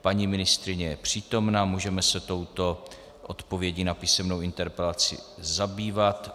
Paní ministryně je přítomna, můžeme se touto odpovědí na písemnou interpelaci zabývat.